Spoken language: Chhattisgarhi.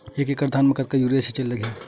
एक एकड़ धान में कतका यूरिया छिंचे ला लगही?